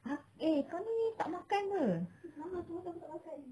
ah eh kau ni tak makan [pe]